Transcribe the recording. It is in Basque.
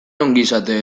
ongizate